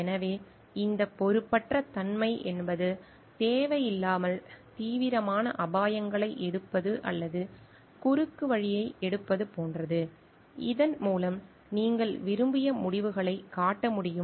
எனவே இந்த பொறுப்பற்ற தன்மை என்பது தேவையில்லாமல் தீவிரமான அபாயங்களை எடுப்பது அல்லது குறுக்குவழியை எடுப்பது போன்றது இதன் மூலம் நீங்கள் விரும்பிய முடிவுகளைக் காட்ட முடியும்